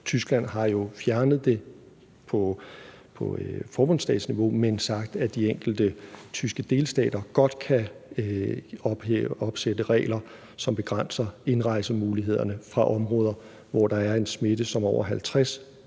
Tyskland har jo fjernet det på forbundsstatsniveau, men sagt, at de enkelte tyske delstater godt kan opsætte regler, som begrænser indrejsemulighederne fra områder, hvor der er en smitte, som er over 50